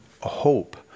hope